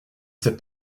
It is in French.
sais